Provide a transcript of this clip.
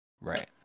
Right